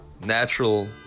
natural